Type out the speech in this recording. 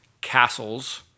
castles